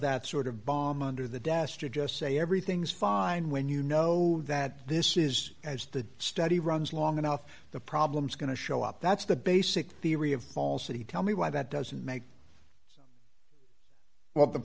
that sort of bomb under the desk to just say everything's fine when you know that this is as the study runs long enough the problem's going to show up that's the basic theory of falsity tell me why that doesn't make well the